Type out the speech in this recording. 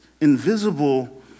invisible